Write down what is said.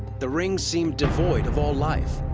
the rings seem devoid of all life.